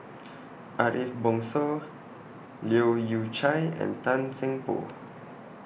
Ariff Bongso Leu Yew Chye and Tan Seng Poh